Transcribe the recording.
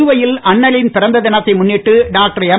புதுவையில் அண்ணலின் பிறந்த தினத்தை முன்னிட்டு டாக்டர் எம்